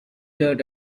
dirt